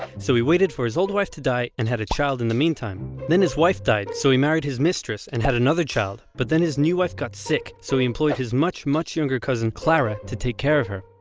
so he waited for his old wife to die and had a child in the meantime. then his wife died, so he married his mistress and had another child, but then his new wife got sick, so he employed his much, much younger cousin clara to take care of her.